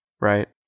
right